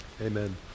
Amen